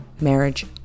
marriage